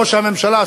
ראש הממשלה,